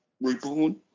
reborn